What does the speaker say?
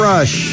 Rush